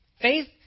Faith